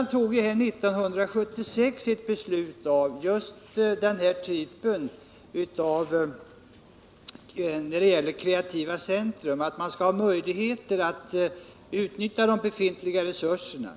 År 1976 tog riksdagen ett beslut av denna typ just när det gällde kreativa centra, innebärande att man skall ha möjlighet att utnyttja de befintliga resurserna.